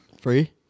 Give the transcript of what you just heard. Free